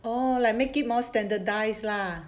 oh like make it more standardised lah